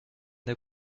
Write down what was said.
der